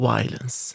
Violence